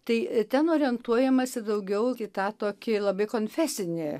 tai ten orientuojamasi daugiau į tą tokį labai konfesinį